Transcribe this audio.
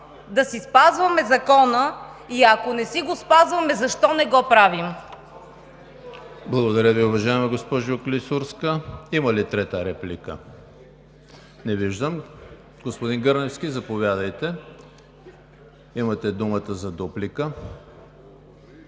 да си спазваме закона и ако не си го спазваме, защо не го правим? ПРЕДСЕДАТЕЛ ЕМИЛ ХРИСТОВ: Благодаря Ви, уважаема госпожо Клисурска. Има ли трета реплика? Не виждам. Господин Гърневски, заповядайте, имате думата за дуплика.